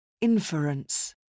Inference